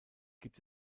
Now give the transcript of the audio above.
gibt